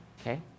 Okay